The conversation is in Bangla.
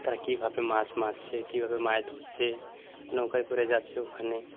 তা কীভাবে মাছ মারছে কীভাবে মাছ ধরছে নৌকায় করে যাচ্ছে ওখানে